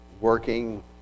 working